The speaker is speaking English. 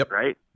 right